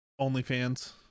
OnlyFans